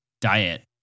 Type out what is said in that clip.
diet